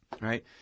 Right